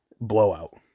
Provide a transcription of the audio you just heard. Blowout